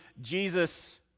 Jesus